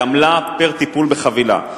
היא עמלה פר-טיפול בחבילה.